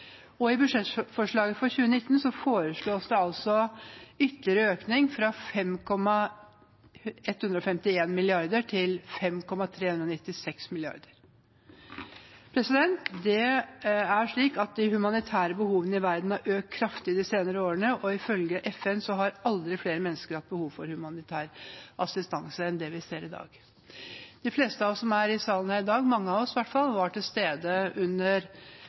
2013. I budsjettforslaget for 2019 foreslås det en ytterligere økning fra 5,151 mrd. kr til 5,396 mrd. kr. De humanitære behovene i verden har økt kraftig de senere årene, og ifølge FN har aldri flere mennesker hatt behov for humanitær assistanse enn i dag. De fleste av oss som er her i salen i dag – mange av oss i hvert fall – var til stede under